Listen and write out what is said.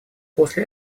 после